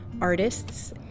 artists